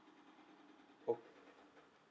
o~